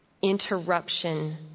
interruption